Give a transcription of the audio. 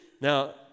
Now